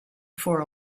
for